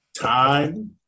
time